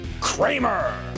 Kramer